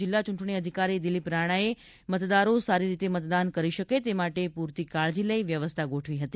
જિલ્લા ચૂંટણી અધિકારી શ્રી દિલીપ રાણા એ મતદારો સારી રીતે મતદાન કરી શકે તે માટે પૂરતી કાળજી લઈ વ્યવસ્થા ગોઠવી હતી